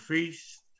Feast